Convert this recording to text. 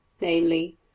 namely